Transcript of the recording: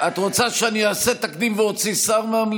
תתביישי לך.